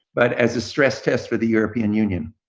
but as a stress test for the european union,